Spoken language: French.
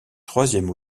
troisième